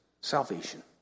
salvation